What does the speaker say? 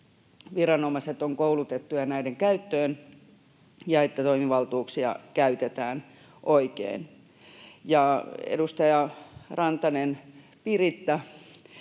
viranomaiset ovat koulutettuja näiden käyttöön ja että toimivaltuuksia käytetään oikein. Edustaja Rantanen, Piritta,